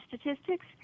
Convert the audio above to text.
statistics